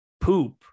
poop